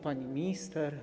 Pani Minister!